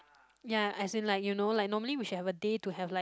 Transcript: ya as in like you know like normally we should have a day to have like